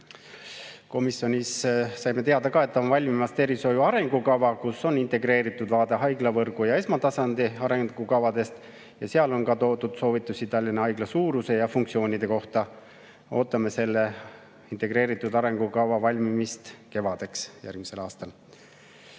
Komisjonis saime ka teada, et on valmimas tervishoiu arengukava, kus on integreeritud vaade haiglavõrgu ja esmatasandi arengukavadest. Seal on ka toodud soovitusi Tallinna Haigla suuruse ja funktsioonide kohta. Ootame selle integreeritud arengukava valmimist kevadeks järgmisel aastal.